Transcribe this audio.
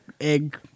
egg